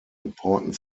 important